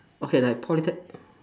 okay like polytech~